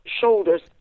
shoulders